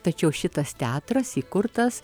tačiau šitas teatras įkurtas